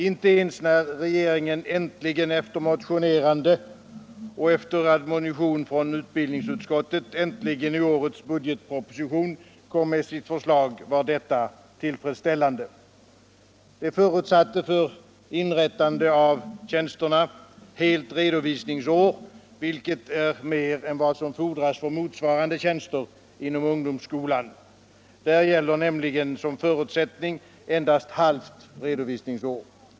Inte ens när regeringen efter motionerande och efter admonition från utbildningsutskottet äntligen i årets budgetproposition kom med sitt förslag var detta tillfredsställande. Det förutsatte för inrättande av tjänsterna helt redovisningsår, vilket är mer än vad som fordras för motsvarande tjänster inom ungdomsskolan. Där gäller nämligen som förutsättning endast halvt redovisningsår.